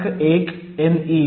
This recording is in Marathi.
1 meV